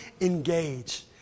engage